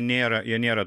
nėra jie nėra